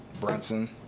Brunson